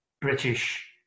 British